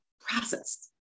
processed